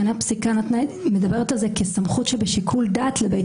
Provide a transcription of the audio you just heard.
לכן הפסיקה מדברת על זה כסמכות שבשיקול דעת לבית